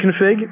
config